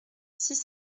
six